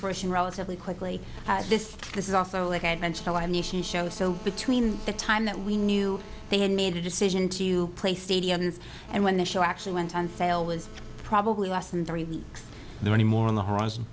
fruition relatively quickly this is also like i mentioned my nation shows so between the time that we knew they had made a decision to play stadiums and when the show actually went on sale was probably less than three weeks there any more on the horizon